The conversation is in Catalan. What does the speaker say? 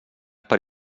per